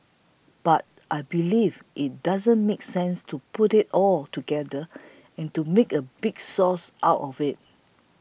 but I believe it doesn't make sense to put it all together and to make one big sauce out of it